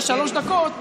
יש שלוש דקות.